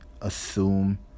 assume